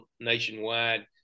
nationwide